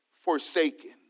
forsaken